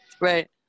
Right